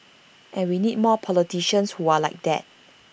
and we need more politicians who are like that